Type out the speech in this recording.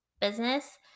business